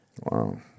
Wow